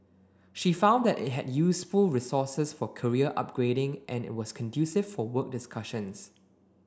she found that it had useful resources for career upgrading and was conducive for work discussions